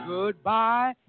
Goodbye